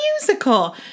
musical